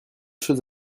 choses